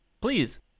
please